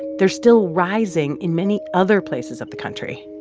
they're still rising in many other places of the country.